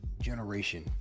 generation